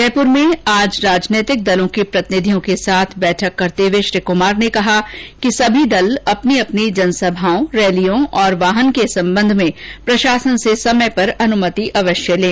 जयपुर में आज राजनीतिक दलों के प्रतिनिधियों के साथ बैठक करते हुए श्री कुमार ने कहा कि सभी दल अपनी अपनी जनसभाओं रैलियों और वाहन के संबंध में प्रशासन से समय पर अनुमति अवश्य ले लें